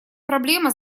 проблема